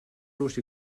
los